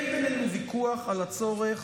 אין בינינו ויכוח על הצורך